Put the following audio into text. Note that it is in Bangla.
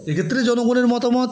এ ক্ষেত্রে জনগণের মতামত